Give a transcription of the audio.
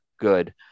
good